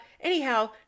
anyhow